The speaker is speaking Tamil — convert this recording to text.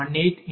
01520